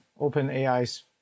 OpenAI's